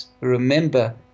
Remember